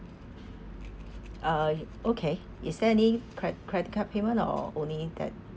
uh okay is there any credit card payment or only that